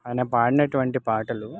అయన పాడినటువంటి పాటలు